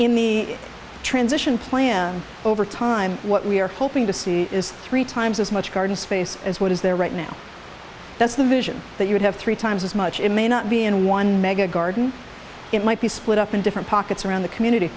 in the transition plan over time what we are hoping to see is three times as much garden space as what is there right now that's the vision that you would have three times as much it may not be in one mega garden it might be split up in different pockets around the community